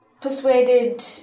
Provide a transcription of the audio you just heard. persuaded